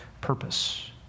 purpose